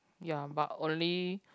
ya but only